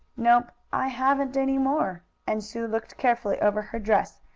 nope, i haven't anymore, and sue looked carefully over her dress,